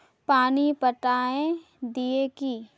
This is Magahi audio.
पानी पटाय दिये की?